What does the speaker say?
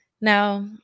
Now